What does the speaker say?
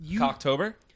October